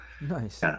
Nice